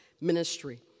ministry